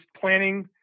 planning